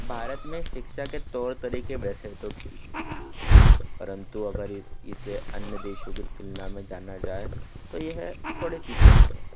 भारत में शिक्षा के तौर तरीके वैसे तो ठीक है परन्तु अगर इसे अन्य देशों के तुलना में जाना जाए तो यह थोड़े पीछे खड़े हैं